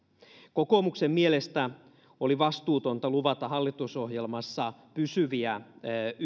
kokoomuksen mielestä oli vastuutonta luvata hallitusohjelmassa pysyviä